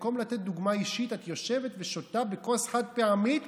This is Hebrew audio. במקום לתת דוגמה אישית את יושבת ושותה בכוס חד-פעמית